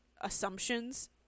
assumptions